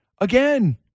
again